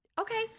Okay